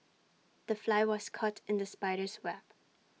the fly was caught in the spider's web